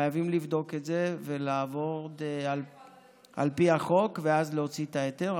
חייבים לבדוק את זה ולעבוד על פי החוק ואז להוציא את ההיתר,